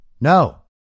No